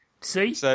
See